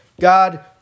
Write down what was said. God